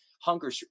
hunger